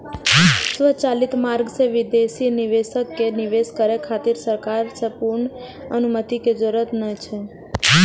स्वचालित मार्ग सं विदेशी निवेशक कें निवेश करै खातिर सरकार सं पूर्व अनुमति के जरूरत नै छै